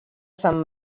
sant